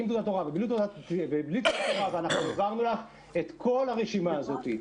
ושאין להם תעודת הוראה והעברנו לך את הרשימה הזאת.